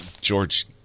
George